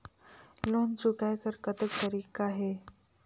Loan चुकाय कर कतेक तरीका है?